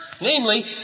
Namely